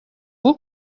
vous